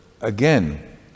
Again